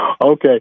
Okay